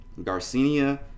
Garcinia